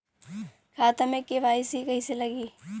खाता में के.वाइ.सी कइसे लगी?